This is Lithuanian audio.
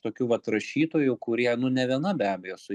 tokių vat rašytojų kurie nu ne viena be abejo su